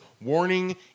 warning